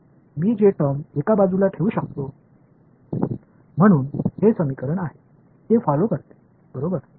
तर मी जे टर्म एका बाजूला ठेवू शकतो म्हणून हे समीकरण आहे ते फॉलो करते बरोबर